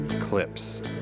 clips